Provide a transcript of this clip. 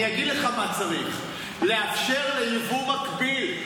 אני אגיד לך מה צריך: לאפשר ליבוא מקביל,